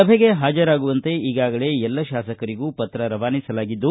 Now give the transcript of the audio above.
ಸಭೆಗೆ ಹಾಜರಾಗುವಂತೆ ಈಗಾಗಲೇ ಎಲ್ಲ ಶಾಸಕರಿಗೂ ಪತ್ರ ರವಾನಿಸಲಾಗಿದ್ದು